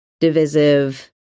divisive